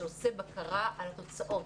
ושעושה בקרה על התוצאות.